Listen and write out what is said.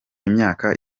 imyaka